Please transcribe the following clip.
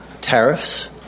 tariffs